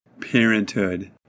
parenthood